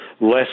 less